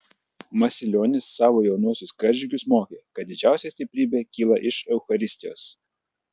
masilionis savo jaunuosius karžygius mokė kad didžiausia stiprybė kyla iš eucharistijos